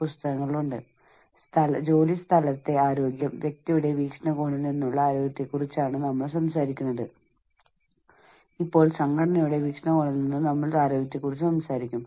അതിനാൽ നമുക്ക് ജോലിസ്ഥലത്തെ മാനസികവും സാമൂഹികവും ആയ സുരക്ഷാ പരിതസ്ഥിതി കൂടാതെ മാനസിക ആരോഗ്യം ക്ഷേമം എന്നിവയിലേക്ക് പോകാം